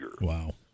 Wow